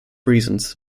reasons